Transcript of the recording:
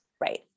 right